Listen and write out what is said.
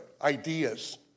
ideas